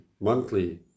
monthly